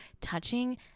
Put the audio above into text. touching